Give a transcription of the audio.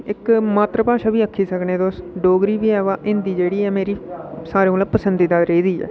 इक मात्तर भाशा बी आक्खी सकने तुस डोगरी बी आ ब हिंदी ऐ जेह्ड़ी मेरी सारें कोला पसंदीदा रेही दी ऐ